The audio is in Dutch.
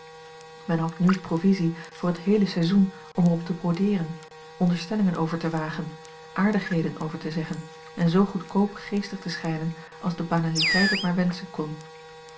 men had n provisie voor het heele seizoen om er op te brodeeren onderstellingen over te wagen aardigheden over te zeggen en zoo goedkoop geestig te schijnen als de banaliteit het maar wenschen kon